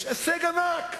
יש הישג ענק,